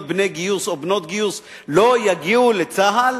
בני גיוס או בנות גיוס לא יגיעו לצה"ל,